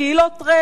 כי היא לא טרנד,